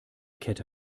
kette